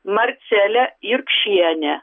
marcelę jurkšienę